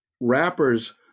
rappers